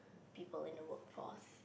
people in the workforce